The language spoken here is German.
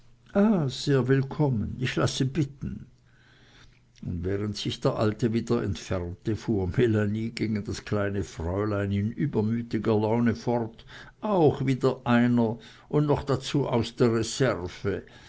sehr willkommen ich lasse bitten und während sich der alte wieder entfernte fuhr melanie gegen das kleine fräulein in übermütiger laune fort auch wieder einer und noch dazu aus der